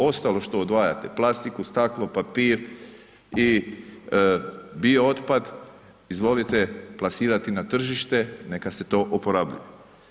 Ostalo što odvajate plastiku, staklo, papir i bio otpad izvolite plasirati na tržište neka se to oporabljuje.